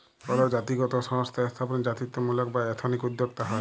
call জাতিগত সংস্থা স্থাপনে জাতিত্বমূলক বা এথনিক উদ্যক্তা হ্যয়